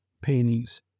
paintings